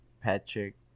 Patrick